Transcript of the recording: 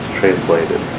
translated